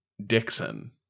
Dixon